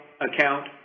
account